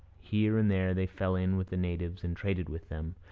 here and there they fell in with the natives and traded with them,